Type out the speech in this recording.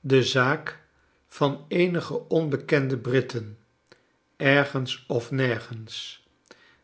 de zaak van eenige onbekende britten ergens of nergens